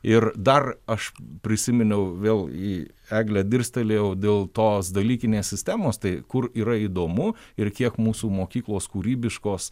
ir dar aš prisiminiau vėl į eglę dirstelėjau dėl tos dalykinės sistemos tai kur yra įdomu ir kiek mūsų mokyklos kūrybiškos